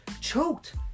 choked